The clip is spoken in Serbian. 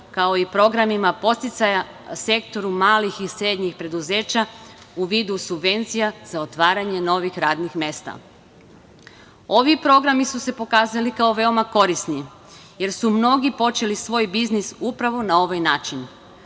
kao i programima podsticaja sektoru malih i srednjih preduzeća u vidu subvencija za otvaranje novih radnih mesta. Ovi programi su se pokazali kao veoma korisni, jer su mnogi počeli svoj biznis upravo na ovaj način.